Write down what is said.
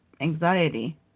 anxiety